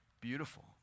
beautiful